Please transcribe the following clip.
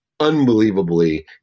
Unbelievably